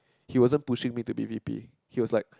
he wasn't pushing me to be V_P he was like